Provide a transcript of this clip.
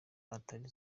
atari